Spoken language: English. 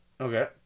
Okay